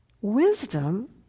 Wisdom